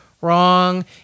Wrong